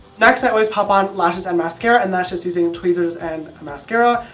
next i always pop on lashes and mascara, and that's just using tweezers and a mascara.